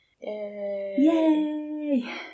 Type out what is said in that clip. Yay